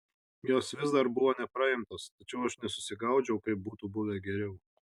jos vis dar buvo nepraimtos tačiau aš nesusigaudžiau kaip būtų buvę geriau